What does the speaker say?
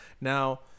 now